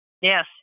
Yes